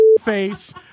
face